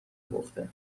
پخته